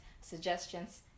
suggestions